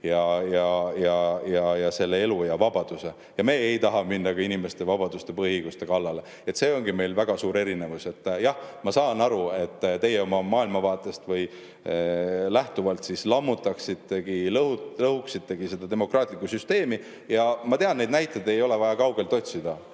ja selle elu ja vabaduse. Me ei taha minna ka inimeste vabaduste ja põhiõiguste kallale. See ongi meil väga suur erinevus. Jah, ma saan aru, et teie oma maailmavaatest lähtuvalt lammutaksitegi, lõhuksitegi seda demokraatlikku süsteemi. Ma tean, neid näiteid ei ole vaja kaugelt otsida.